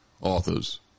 authors